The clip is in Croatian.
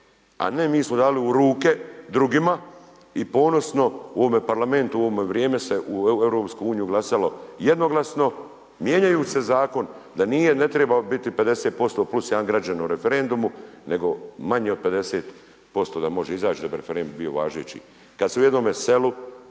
A ne mi smo dali u ruke drugima i ponosno u ovome Parlamentu u ovo vrijeme se u EU glasalo jednoglasno, mijenjajuć se zakon da nije ne treba biti 50% plus jedan građanin u referendumu nego manje od 50% da može izać da bi referendum bio važeći. Kada se u jednom selu